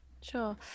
Sure